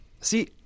See